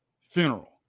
funeral